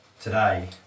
today